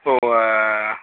so